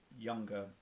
younger